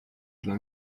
dla